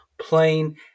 Plain